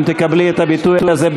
אם תקבלי את הביטוי הזה,